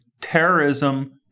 terrorism